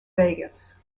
vegas